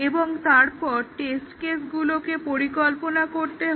এবং তারপর টেস্ট কেসগুলোকে পরিকল্পনা করতে হয়